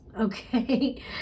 Okay